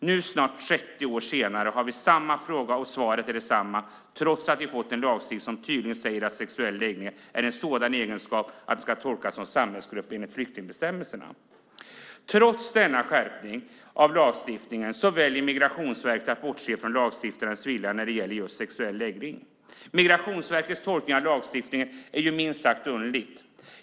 Nu, snart 30 år senare, har vi samma fråga och svaret är detsamma, trots att vi har fått en lagstiftning som tydligt säger att sexuell läggning är en egenskap som ska tolkas som samhällsgrupp enligt flyktingbestämmelserna. Trots den skärpningen av lagstiftningen väljer Migrationsverket att bortse från lagstiftarens vilja när det gäller just sexuell läggning. Migrationsverkets tolkning av lagstiftningen är minst sagt underlig.